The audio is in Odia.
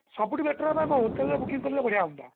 ସବୁଠୁ ବେଟର ହବ ଆମ ହୋଟେଲ୍ରେ ବୁକିଂ କଲେ ବଢ଼ିଆ ହଅନ୍ତା